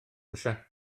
brysia